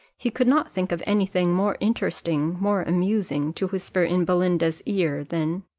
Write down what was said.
he could not think of any thing more interesting, more amusing, to whisper in belinda's ear, than,